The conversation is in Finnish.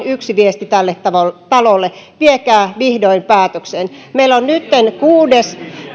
yksi viesti tälle talolle viekää vihdoin päätökseen meillä on nytten kuudes